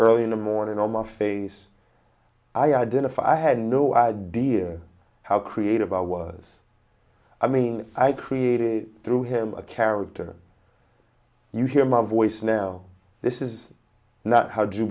early in the morning or my face i identify i had no idea how creative i was i mean i created through him a character you hear my voice now this is not how